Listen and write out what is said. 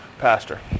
Pastor